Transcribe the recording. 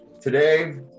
Today